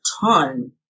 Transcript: ton